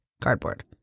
cardboard